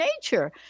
nature